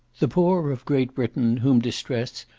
the poor of great britain, whom distress,